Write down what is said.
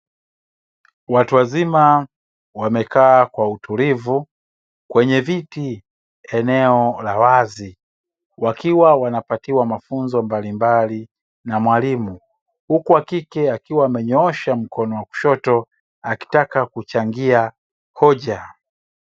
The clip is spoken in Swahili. Watu wazima wamekaa kwa utulivu kwenye viti, eneo la wazi. Wakiwa wanapatiwa mafunzo mbalimbali na mwalimu, huku wa kike akiwa amenyoosha mkono wa kushoto akitaka kuchangia hoja.